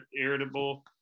irritable